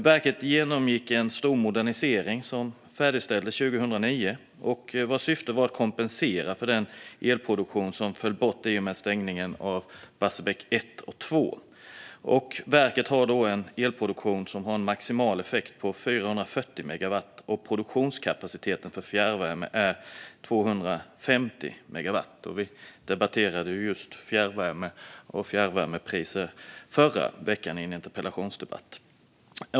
Verket genomgick en stor modernisering som färdigställdes 2009 vars syfte var att kompensera för den elproduktion som föll bort i och med stängningen av Barsebäck 1 och 2. Verket har en elproduktion med maximal effekt på 440 megawatt, och produktionskapaciteten för fjärrvärme är på 250 megawatt. Vi debatterade just fjärrvärme och fjärrvärmepriser i en interpellationsdebatt förra veckan.